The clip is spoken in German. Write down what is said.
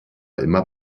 immer